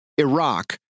Iraq